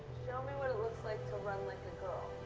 show me what it looks like to run like a girl.